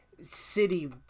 city